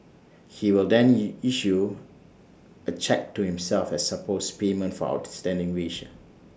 he will then issue A cheque to himself as supposed payment for outstanding wages